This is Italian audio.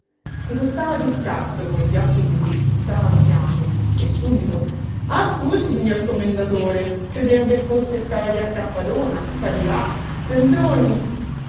si voltava di scatto con gli occhi che gli schizzavano fiamme e subito ah scusi signor commendatore credevo che fosse il cavalier cappadona capirà perdoni